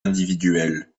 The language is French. individuelle